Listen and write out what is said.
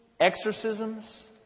exorcisms